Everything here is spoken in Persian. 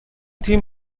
تیم